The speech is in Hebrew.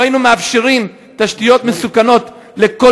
לא היינו מאפשרים תשתיות מסוכנות לכל